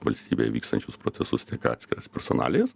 valstybėje vykstančius procesus tiek atskiras personalijas